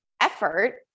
effort